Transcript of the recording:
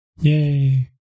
Yay